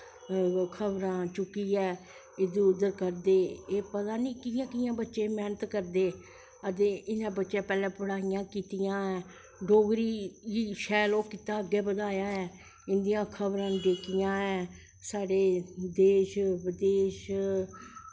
शबरां चुक्कियै इध्दर उध्दर करदे पता नी कियां कियां बच्चे मैह्नत करदे अदें इनैं बच्चैं पैह्लैं पढ़ाईयां कीतियां डोगरी गी सैल ओह् कीता बधाया ऐ इंदियां खबरां जेह्कियां ऐं साढ़े देश विदेश